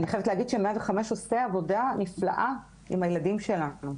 אני חייבת להגיד ש-105 עושה עבודה נפלאה עם הילדים שלנו,